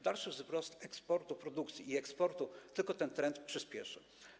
Dalszy wzrost eksportu produkcji i eksportu tylko ten trend przyspieszy.